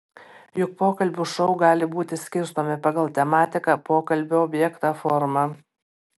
juk pokalbių šou gali būti skirstomi pagal tematiką pokalbio objektą formą